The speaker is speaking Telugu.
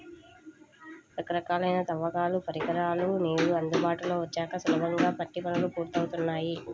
రకరకాలైన తవ్వకాల పరికరాలు నేడు అందుబాటులోకి వచ్చాక సులభంగా మట్టి పనులు పూర్తవుతున్నాయి